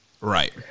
Right